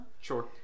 sure